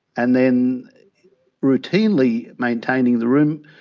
and then routinely maintaining the room,